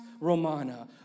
Romana